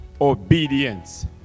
obedience